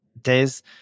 days